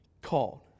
called